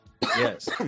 Yes